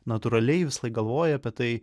natūraliai visąlaik galvoji apie tai